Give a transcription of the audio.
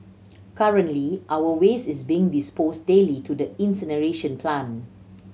currently our waste is being disposed daily to the incineration plant